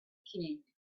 king